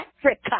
Africa